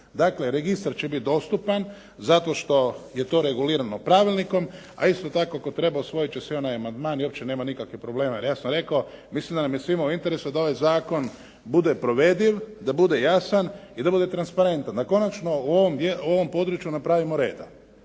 Dakle, registar će biti dostupan zato što je to regulirano pravilnikom, a isto tako ako treba usvojit će se i onaj amandman i uopće nema nikakvih problema. Jer ja sam rekao, mislim da nam je svima u interesu da ovaj zakon bude provediv, da bude jasan i da bude transparentan, da konačno u ovom području napravimo reda.